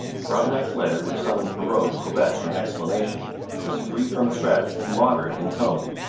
frontenac's letter which summoned perrot quebec for an explanation was free from threats and moderate in tone.